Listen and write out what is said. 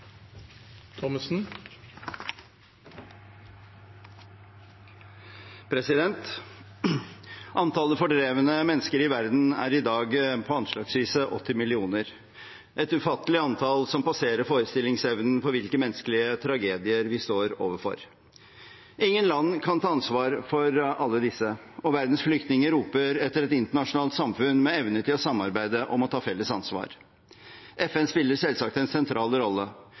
omme. Antallet fordrevne mennesker i verden er i dag anslagsvis 80 millioner – et ufattelig antall, som passerer forestillingsevnen for hvilke menneskelige tragedier vi står overfor. Ingen land kan ta ansvaret for alle disse, og verdens flyktninger roper etter et internasjonalt samfunn med evne til å samarbeide om å ta felles ansvar. FN spiller selvsagt en sentral rolle.